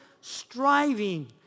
striving